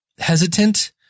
hesitant